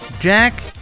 Jack